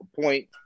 point